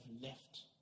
left